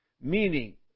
Meaning